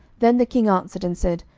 then the king answered and said,